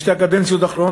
בשתי הקדנציות האחרונות,